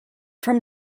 from